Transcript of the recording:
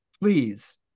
please